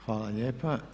Hvala lijepa.